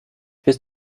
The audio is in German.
bist